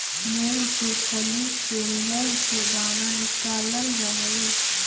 मूंग के फली से मुंह के दाना निकालल जा हई